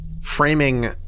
framing